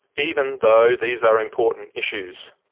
even though these are important issues.